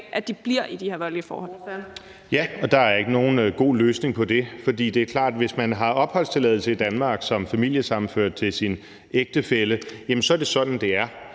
15:57 Morten Messerschmidt (DF): Ja, og der er ikke nogen god løsning på det, for det er klart, at hvis man har opholdstilladelse i Danmark som familiesammenført til sin ægtefælle, så er det sådan, det er,